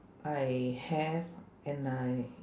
I have and I